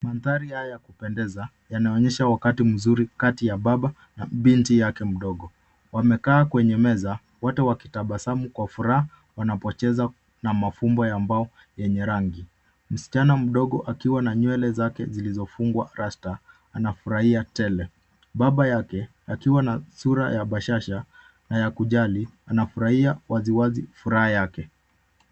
Mandhari haya ya kupendeza yanaonesha wakati mzuri kati ya baba na binti yake mdogo. Wamekaa kwenye meza wote wakitabasamu kwa furaha wanapocheza na mafumbo ya mbao yenye rangi. Msichana mdogo akiwa na nywele zake zilizofungwa rasta anafurahia tele. Baba yake akiwa na sura ya bashasha na ya kujali anafurahia wazi wazi furaha yake.